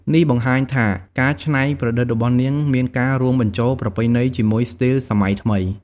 នេះបង្ហាញថា ការច្នៃប្រឌិតរបស់នាងមានការរួមបញ្ចូលប្រពៃណីជាមួយស្ទីលសម័យថ្មី។